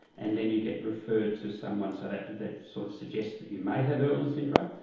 and then you get referred to someone, so that that sort of suggests that you may have irlen syndrome,